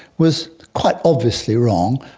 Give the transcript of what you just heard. was quite obviously wrong,